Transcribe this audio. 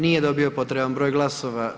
Nije dobio potreban broj glasova.